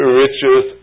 riches